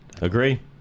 agree